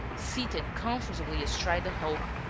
seated comfortably astride the hulk,